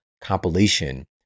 compilation